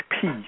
peace